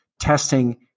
testing